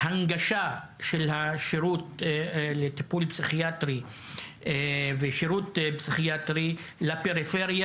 הנגשה של השירות לטיפול פסיכיאטרי ושירות פסיכיאטרי לפריפריה